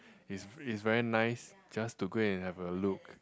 is is very nice just to go and have a look